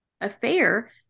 affair